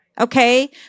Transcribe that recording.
okay